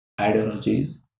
ideologies